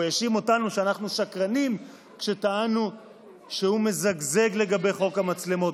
והאשים אותנו שאנחנו שקרנים כשטענו שהוא מזגזג לגבי חוק המצלמות.